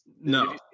No